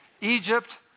Egypt